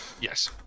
Yes